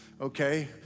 Okay